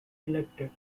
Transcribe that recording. elected